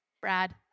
Brad